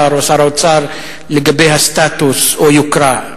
או שר האוצר לגבי הסטטוס או יוקרה.